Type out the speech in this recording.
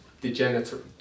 degenerative